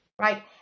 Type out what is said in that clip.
right